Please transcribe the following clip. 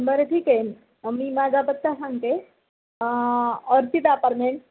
बरं ठीक आहे मी माझा पत्ता सांगते ऑर्चिड अपारमेंट